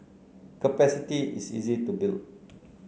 capacity is easy to build